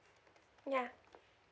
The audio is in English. yeah